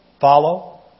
follow